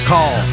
Call